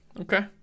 Okay